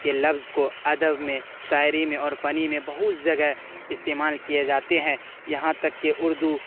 کے لفظ کو ادب میں شاعری میں اور فنی میں بہت جگہ استعمال کیے جاتے ہیں یہاں تک کہ اردو